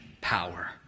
power